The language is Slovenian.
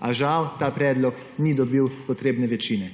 A žal ta predlog ni dobil potrebne večine.